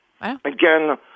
Again